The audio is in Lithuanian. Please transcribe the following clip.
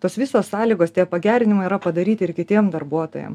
tos visos sąlygos tie pagerinimai yra padaryti ir kitiem darbuotojam